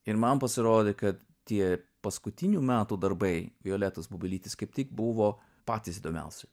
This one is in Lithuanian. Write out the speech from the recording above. ir man pasirodė kad tie paskutinių metų darbai violetos bubelytės kaip tik buvo patys įdomiausi